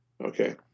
Okay